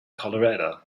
colorado